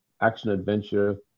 action-adventure